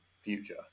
future